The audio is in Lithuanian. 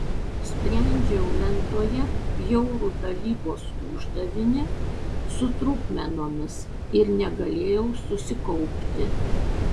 sprendžiau lentoje bjaurų dalybos uždavinį su trupmenomis ir negalėjau susikaupti